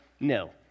No